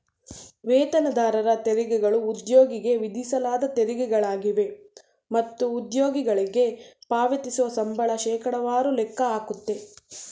ವೇತನದಾರರ ತೆರಿಗೆಗಳು ಉದ್ಯೋಗಿಗೆ ವಿಧಿಸಲಾದ ತೆರಿಗೆಗಳಾಗಿವೆ ಮತ್ತು ಉದ್ಯೋಗಿಗಳ್ಗೆ ಪಾವತಿಸುವ ಸಂಬಳ ಶೇಕಡವಾರು ಲೆಕ್ಕ ಹಾಕುತ್ತೆ